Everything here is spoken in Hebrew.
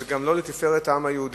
זה גם לא לתפארת העם היהודי.